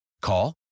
Call